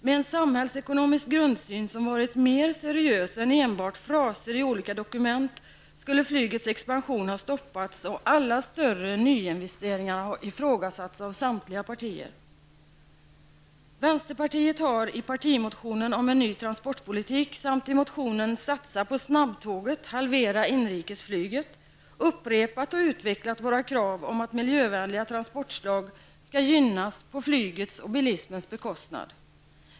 Med en samhällsekonomisk grundsyn, som skulle ha varit mera seriös och tagit sig andra uttryck än enbart fraser i olika dokument, skulle flygets expansion ha stoppats och alla större nyinvesteringar ha ifrågasatts av samtliga partier. Vänsterpartiet har i partimotionen om en ny transportpolitik samt i motionen Satsa på snabbtåget, halvera inrikesflyget, upprepat och utvecklat våra krav på att miljövänliga transportslag skall gynnas på flygets och bilismens bekostnad.